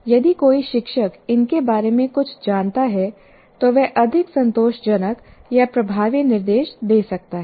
यदि कोई शिक्षक इनके बारे में कुछ जानता है तो वह अधिक संतोषजनक या प्रभावी निर्देश दे सकता है